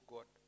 God